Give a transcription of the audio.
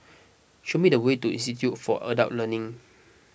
show me the way to Institute for Adult Learning